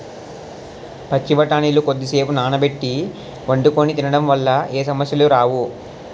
పచ్చి బఠానీలు కొద్దిసేపు నానబెట్టి వండుకొని తినడం వల్ల ఏ సమస్యలు రావు